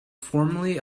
formerly